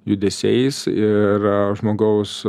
judesiais ir žmogaus